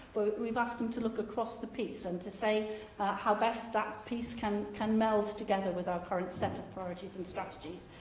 but we've asked them to look across the piece and to say how best that piece can can meld together with our current set of priorities and strategies,